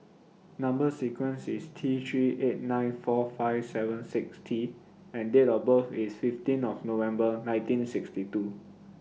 Number sequence IS T three eight nine four five seven six T and Date of birth IS fifteen of November nineteen sixty two